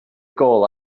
goal